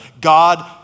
God